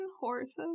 horses